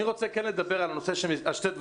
אני רוצה לדבר על שני דברים.